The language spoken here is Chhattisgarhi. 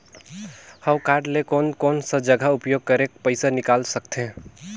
हव कारड ले कोन कोन सा जगह उपयोग करेके पइसा निकाल सकथे?